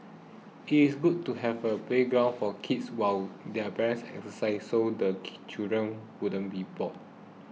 it is good to have a playground for kids while their parents exercise so the children won't be bored